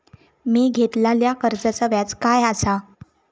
मी घेतलाल्या कर्जाचा व्याज काय आसा?